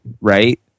right